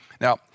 Now